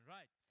Right